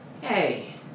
Hey